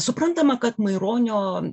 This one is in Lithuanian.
suprantama kad maironio